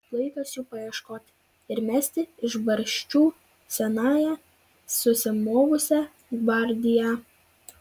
laikas jų paieškoti ir mesti iš barščių senąją susimovusią gvardiją